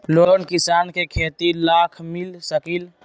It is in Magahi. लोन किसान के खेती लाख मिल सकील?